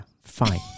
fine